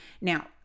Now